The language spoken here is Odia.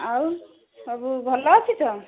ଆଉ ସବୁ ଭଲ ଅଛି ତ